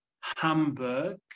Hamburg